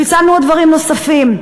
פיצלנו דברים נוספים.